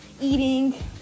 eating